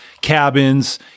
cabins